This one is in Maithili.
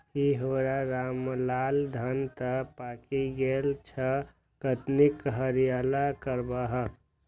की हौ रामलाल, धान तं पाकि गेल छह, कटनी कहिया करबहक?